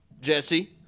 Jesse